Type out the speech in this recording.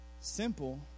simple